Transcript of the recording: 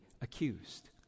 accused